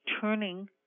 turning